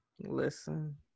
Listen